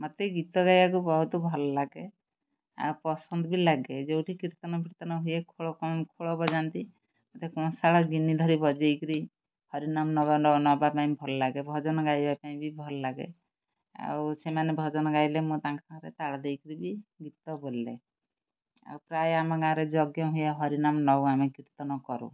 ମୋତେ ଗୀତ ଗାଇବାକୁ ବହୁତ ଭଲ ଲାଗେ ଆଉ ପସନ୍ଦ ବି ଲାଗେ ଯେଉଁଠି କୀର୍ତ୍ତନ ଫୀର୍ତ୍ତନ ହୁଏ ଖୋଳ କ'ଣ ଖୋଳ ବଜାନ୍ତି ମୋତେ କଂଶାଳ ଗିନି ଧରି ବଜାଇକିରି ହରିନାମ ନବା ପାଇଁ ଭଲ ଲାଗେ ଭଜନ ଗାଇବା ପାଇଁ ବି ଭଲ ଲାଗେ ଆଉ ସେମାନେ ଭଜନ ଗାଇଲେ ମୁଁ ତାଙ୍କ ସାଙ୍ଗରେ ତାଳ ଦେଇକିରି ବି ଗୀତ ବୋଲେ ଆଉ ପ୍ରାୟ ଆମ ଗାଁରେ ଯଜ୍ଞ ହୁଏ ହରିନାମ ନଉ ଆମେ କୀର୍ତ୍ତନ କରୁ